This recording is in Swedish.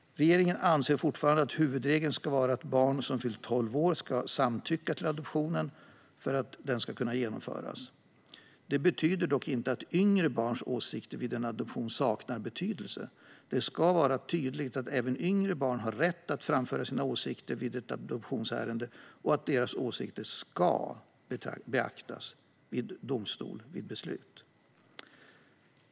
Regeringen anser fortfarande att huvudregeln ska vara att barn som fyllt tolv år ska samtycka till adoptionen för att den ska kunna genomföras. Det betyder dock inte att yngre barns åsikter vid en adoption saknar betydelse. Det ska vara tydligt att även yngre barn har rätt att framföra sina åsikter vid ett adoptionsärende och att deras åsikter ska beaktas i domstol vid beslut.